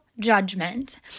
judgment